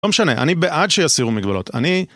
לא משנה, אני בעד שיסירו מגבלות, אני...